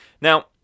now